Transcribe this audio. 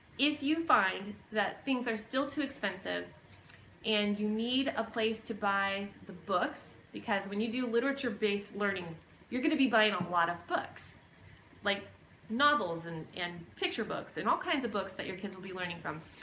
if you find that things are still too expensive and you need a place to buy the books because when you do literature based learning you're gonna be buying a lot of books like novels and and picture books and all kinds of books that your kids will be learning from.